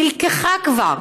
נלקחה כבר.